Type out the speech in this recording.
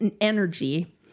energy